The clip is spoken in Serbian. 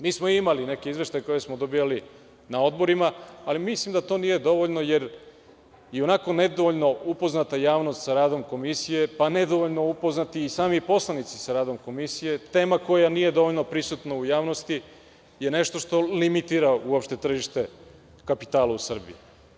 Mi smo imali neke izveštaje koje smo dobijali na odborima, ali mislim da to nije dovoljno jer ionako nedovoljno upoznata javnost sa radom Komisije, pa nedovoljno upoznati i sami poslanici sa radom Komisije, tema koja nije dovoljno prisutna u javnosti je nešto što limitira uopšte tržište kapitala u Srbiji.